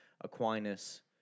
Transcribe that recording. Aquinas